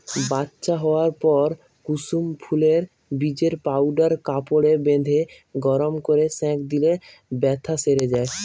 বাচ্চা হোয়ার পর কুসুম ফুলের বীজের পাউডার কাপড়ে বেঁধে গরম কোরে সেঁক দিলে বেথ্যা সেরে যায়